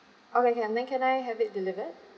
okay can then can I have it delivered